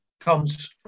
comes